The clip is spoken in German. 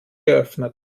geöffnet